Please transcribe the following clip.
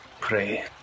Pray